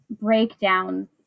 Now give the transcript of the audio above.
breakdowns